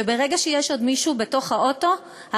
וברגע שיש מישהו בתוך האוטו,